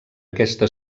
aquesta